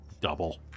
double